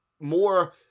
more